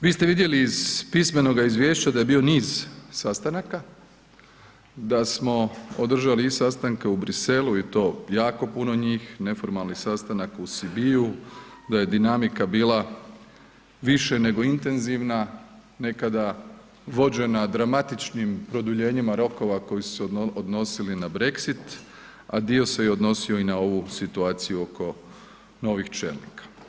Vi ste vidjeli iz pismenoga izvješća da je bio niz sastanaka, da smo održali i sastanke u Bruxellesu i to jako puno njih, neformalni sastanak u Sibiu, da je dinamika bila više nego intenzivna, nekada vođena dramatičnim produljenjima rokova koji su se odnosili na Brexit, a dio se odnosio i na ovu situaciju oko novih čelnika.